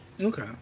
Okay